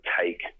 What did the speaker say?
take